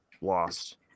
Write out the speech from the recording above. lost